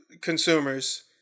consumers